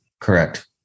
Correct